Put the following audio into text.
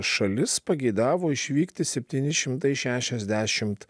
šalis pageidavo išvykti septyni šimtai šešiasdešimt